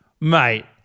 Mate